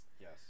yes